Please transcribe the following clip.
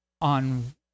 on